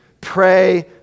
Pray